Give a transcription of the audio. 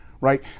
right